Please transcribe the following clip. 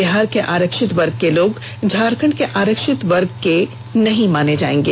बिहार के आरक्षित वर्ग के लोग झारखंड के आरक्षित वर्ग के नहीं माने जाएंगे